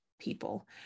people